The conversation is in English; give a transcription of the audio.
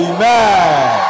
Amen